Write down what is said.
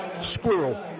Squirrel